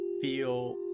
feel